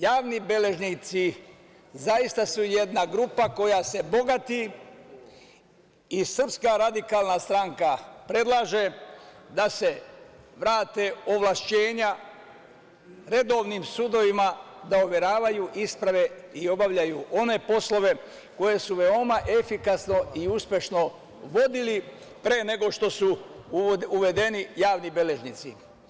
Javni beležnici zaista su jedna grupa koja se bogati i SRS predlaže da se vrate ovlašćenja redovnim sudovima da overavaju isprave i obavljaju one poslove koje su veoma efikasno i uspešno vodili pre nego što su uvedeni javni beležnici.